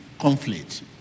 conflict